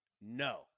No